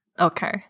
Okay